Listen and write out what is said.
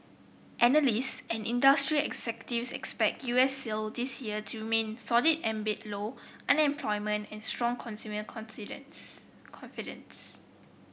analysts and industry executives expect U S sales this year to remain solid amid low unemployment and strong consumer confidence